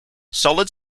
solid